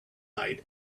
night